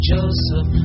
Joseph